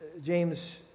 James